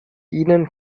ihnen